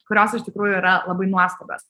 kurios iš tikrųjų yra labai nuostabios